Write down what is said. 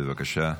בבקשה.